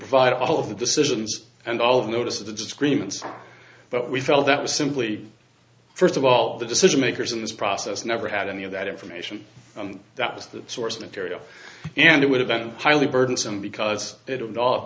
provide all of the decisions and all of notice of the disagreements but we felt that was simply first of all the decision makers in this process never had any of that information that was the source material and it would have been highly burdensome because it